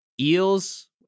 eels